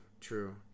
true